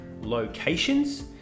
locations